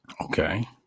okay